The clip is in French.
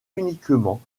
uniquement